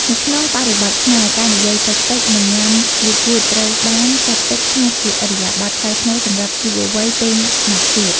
នៅក្នុងបរិបទខ្មែរ ការនិយាយតិចៗ និងញ៉ាំយឺតៗ ត្រូវបានចាត់ទុកថាជាឥរិយាបថថ្លៃថ្នូរសម្រាប់យុវវ័យពេលណាត់ជួប។